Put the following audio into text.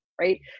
right